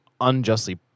unjustly